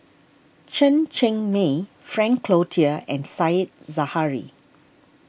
Chen Cheng Mei Frank Cloutier and Said Zahari